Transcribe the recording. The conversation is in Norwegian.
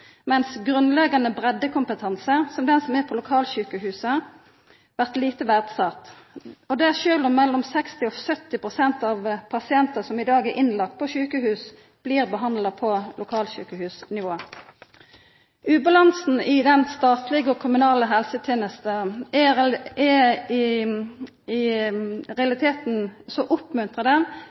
mens grunnleggjande breiddekompetanse, som den som er i lokalsjukehusa, blir lite verdsett, sjølv om mellom 60 og 70 pst. av pasientane som er innlagde på sjukehus, blir behandla på lokalsjukehusnivå. Ubalansen i den statlege og kommunale helsetenesta oppmuntrar i realiteten til eit overforbruk av spesialisthelsetenester. Fleire hevdar no at nettopp dette bidreg til dei helsekøane som er i